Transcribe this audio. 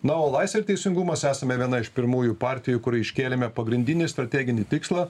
na o laisvė ir teisingumas esame viena iš pirmųjų partijų kuri iškėlėme pagrindinį strateginį tikslą